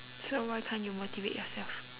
so why can't you motivate yourself